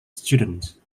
students